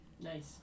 Nice